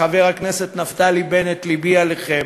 חבר הכנסת נפתלי בנט, לבי עליכם.